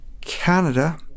Canada